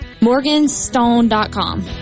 Morganstone.com